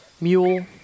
mule